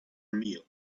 meal